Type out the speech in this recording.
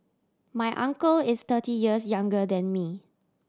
my uncle is thirty years younger than me